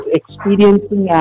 experiencing